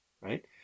right